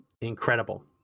incredible